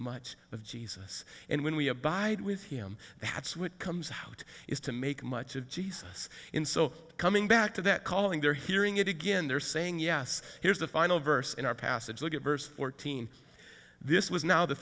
much of jesus and when we abide with him that's what comes out is to make much of jesus in so coming back to that calling they're hearing it again they're saying yes here's the final verse in our passage look at verse fourteen this was now the